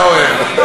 אתה אוהב.